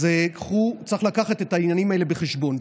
אז צריך לקחת את העניינים האלה בחשבון.